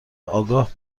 آگاه